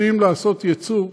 יודעים לעשות יצוא,